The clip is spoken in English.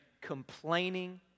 complaining